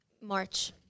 March